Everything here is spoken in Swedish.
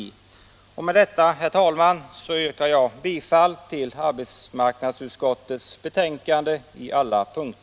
Med detta, herr talman, yrkar jag på alla punkter bifall till vad arbetsmarknadsutskottet hemställt.